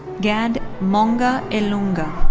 gad monga ilunga.